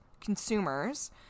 consumers